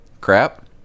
Crap